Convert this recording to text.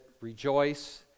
rejoice